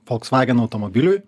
volkswagen automobiliui